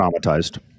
traumatized